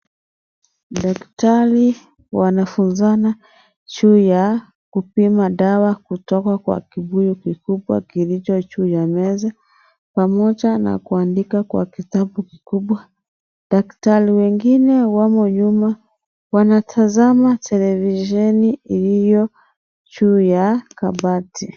Daktari wanafunzana juu ya kupima dawa kutoka kwa kibuyu kikubwa kilicho juu ya meza, pamoja na kuandika kwa kitabu kikubwa. Daktari wengine wamo nyuma, wanatazama televisheni iliyo juu ya kabati.